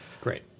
Great